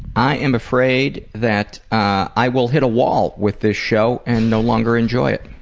i am afraid that i will hit a wall with this show and no longer enjoy it.